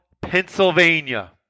Pennsylvania